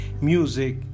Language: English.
music